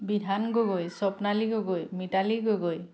Bidhan Gogoi Swapnali Gogoi Mitali Gogoi